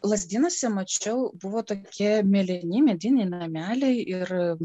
lazdynuose mačiau buvo tokie mėlyni mediniai nameliai ir